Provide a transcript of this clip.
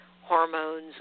hormones